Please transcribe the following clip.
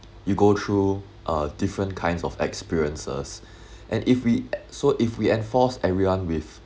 you go through a different kinds of experiences and if we so if we enforce everyone with